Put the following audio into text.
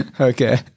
okay